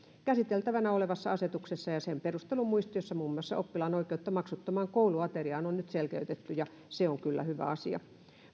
käsiteltävänä olevassa asetuksessa ja sen perustelumuistiossa muun muassa oppilaan oikeutta maksuttomaan kouluateriaan on nyt selkeytetty ja se on kyllä hyvä asia